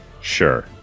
Sure